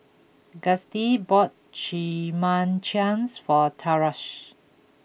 Gustie bought Chimichangas for Tarsha